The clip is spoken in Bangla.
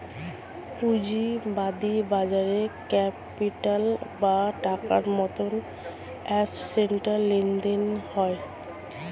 পুঁজিবাদী বাজারে ক্যাপিটাল বা টাকার মতন অ্যাসেট লেনদেন হয়